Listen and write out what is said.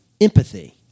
Empathy